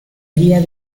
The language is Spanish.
guia